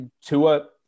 Tua